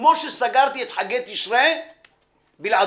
כמו שסגרתי את חגי תשרי בלעדיכם.